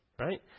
Right